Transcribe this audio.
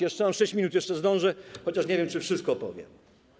Jeszcze mam 6 minut, jeszcze zdążę, chociaż nie wiem, czy wszystko powiem.